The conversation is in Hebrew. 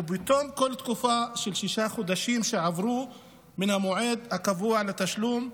ובתום כל תקופה של שישה חודשים שעברו מן המועד הקבוע לתשלום,